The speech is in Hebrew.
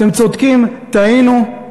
אתם צודקים, טעינו,